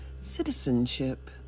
citizenship